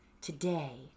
Today